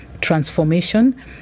transformation